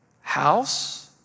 house